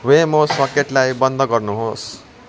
वेमो सकेटलाई बन्द गर्नु होस्